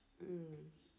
mmhmm